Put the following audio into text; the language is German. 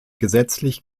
gesetzlich